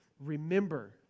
Remember